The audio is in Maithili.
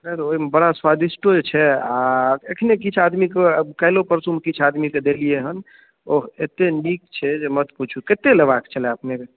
नहि नहि ओहिमे बड़ा स्वादिष्टो जे छै आ एखने किछु आदमी के काल्हियो परसू मे किछु आदमीके देलियै हन ओ एत्तेक नीक छै जे मत पुछू केत्ते लेबाक छलए अपनेकेॅं